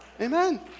Amen